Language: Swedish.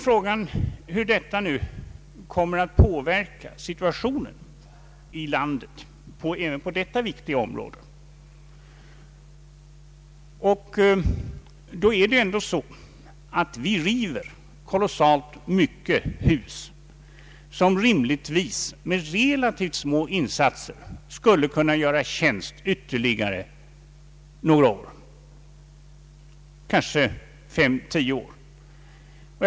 Frågan är hur situationen i landet på detta viktiga område då kommer att påverkas. Vi river kolossalt många hus, som rimligtvis — med relativt små insatser — skulle kunna göra tjänst ytterligare kanske fem eller tio år.